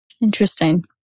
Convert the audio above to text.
Interesting